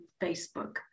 Facebook